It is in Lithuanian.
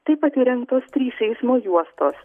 taip pat įrengtos trys eismo juostos